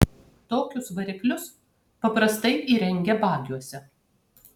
tokius variklius paprastai įrengia bagiuose